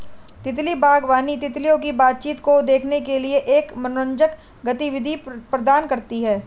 तितली बागवानी, तितलियों की बातचीत को देखने के लिए एक मनोरंजक गतिविधि प्रदान करती है